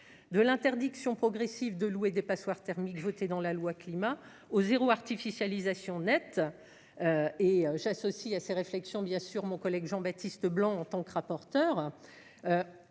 de l'interdiction progressive de louer des passoires thermiques voté dans la loi climat au 0 artificialisation nette. Et j'associe à ses réflexions bien sûr mon collègue Jean-Baptiste Leblanc en tant que rapporteur.